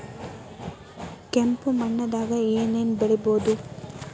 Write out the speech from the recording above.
ಕೆಂಪು ಮಣ್ಣದಾಗ ಏನ್ ಏನ್ ಬೆಳಿಬೊದು?